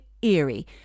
eerie